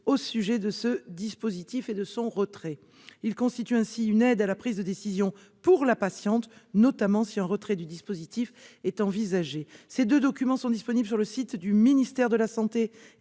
au sujet du dispositif Essure et de son retrait. Ils constituent ainsi une aide à la prise de décision pour la patiente, notamment si un retrait du dispositif est envisagé. Ces deux documents sont disponibles sur les sites du ministère de la santé